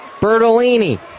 Bertolini